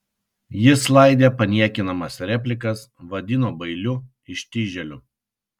jis laidė paniekinamas replikas vadino bailiu ištižėliu